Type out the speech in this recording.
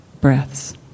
breaths